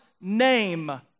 name